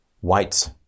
white